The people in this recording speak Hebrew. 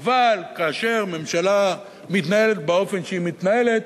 אבל כאשר ממשלה מתנהלת באופן שהיא מתנהלת,